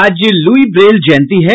आज Louis Braille जयंती है